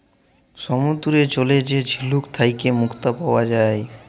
সমুদ্দুরের জলে যে ঝিলুক থ্যাইকে মুক্তা পাউয়া যায়